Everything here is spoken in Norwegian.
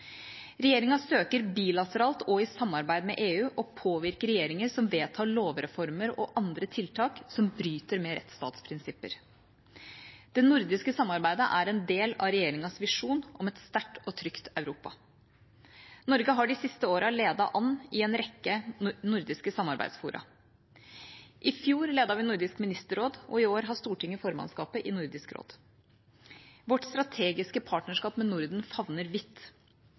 Regjeringa søker bilateralt og i samarbeid med EU å påvirke regjeringer som vedtar lovreformer og andre tiltak som bryter med rettsstatsprinsipper. Det nordiske samarbeidet er en del av regjeringas visjon om et sterkt og trygt Europa. Norge har de siste årene ledet an i en rekke nordiske samarbeidsfora. I fjor ledet vi Nordisk ministerråd, og i år har Stortinget formannskapet i Nordisk råd. Vårt strategiske partnerskap med Norden favner vidt.